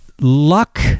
luck